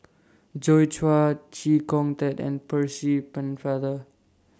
Joi Chua Chee Kong Tet and Percy Pennefather